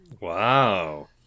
wow